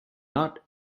not